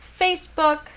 Facebook